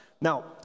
Now